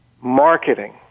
marketing